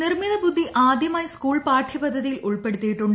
നിർമ്മിത ബുദ്ധി ആദ്യമായി സ്കൂൾ പാഠ്യപദ്ധതിയിൽ ഉൾപ്പെടുത്തിയിട്ടുണ്ട്